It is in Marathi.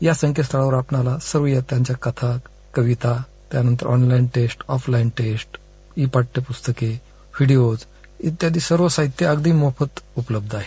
या संकेतस्थळावर सर्व वित्तांच्या कथा कविता त्यानंतर online test offline test e पाठ्यपुस्तके व्हिडीओज ईत्यादी सर्व साहित्य अगदी मोफत उपलब्ध आहे